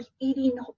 eating